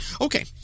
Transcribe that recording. Okay